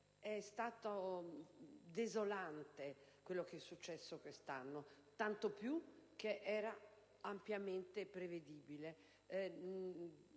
è stato desolante quello che è successo quest'anno, tanto più che era ampiamente prevedibile.